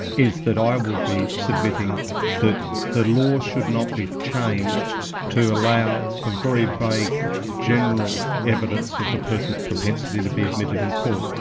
is that i will be submitting that the law should not be changed to allow for very vague general evidence of a person's propensity to be admitted in court.